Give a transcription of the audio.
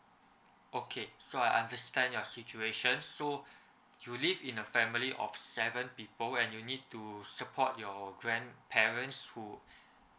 okay so I understand your situation so you live in a family of seven people and you need to support your grandparents who